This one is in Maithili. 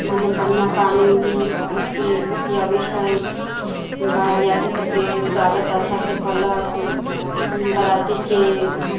मने बढ़िआँ पानी उनी पिए पियबैत छै बारिआती सभकेँ स्वागत अच्छा से कयलक बरातीके